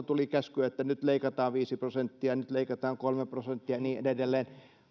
tuli käsky että nyt leikataan viisi prosenttia nyt leikataan kolme prosenttia ja niin edelleen